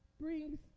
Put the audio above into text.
brings